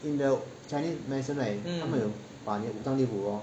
in the chinese medicine right 他们有把你的五脏六腑 hor